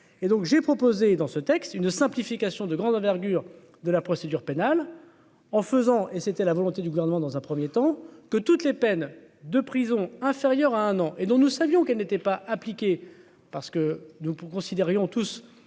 et donc j'ai proposé dans ce texte une simplification de grande envergure de la procédure pénale en faisant et c'était la volonté du gouvernement dans un 1er temps que toutes les peines de prison inférieures à un an et dont nous savions qu'elle est. T'es pas appliquée parce que nous considérions tous